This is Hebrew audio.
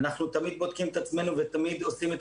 אנחנו תמיד בודקים את עצמנו ותמיד עושים את